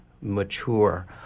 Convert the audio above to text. mature